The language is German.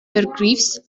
begriffs